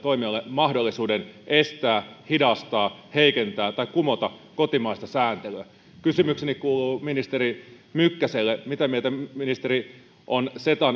mahdollisuuden estää hidastaa heikentää tai kumota kotimaista sääntelyä kysymykseni ministeri mykkäselle kuuluu mitä mieltä ministeri on cetan